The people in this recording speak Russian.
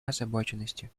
озабоченности